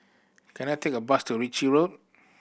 can I take a bus to Ritchie Road